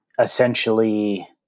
essentially